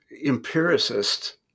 empiricist